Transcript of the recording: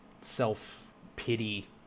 self-pity